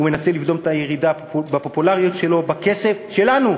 הוא מנסה לבלום את הירידה בפופולריות שלו בכסף שלנו.